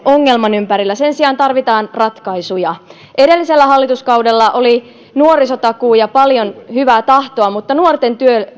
ongelman ympärillä sen sijaan tarvitaan ratkaisuja edellisellä hallituskaudella oli nuorisotakuu ja paljon hyvää tahtoa mutta nuorten